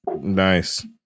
Nice